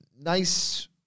nice